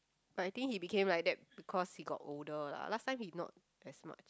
but I think he became like that because he got older lah last time he not as smart